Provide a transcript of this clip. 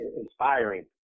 inspiring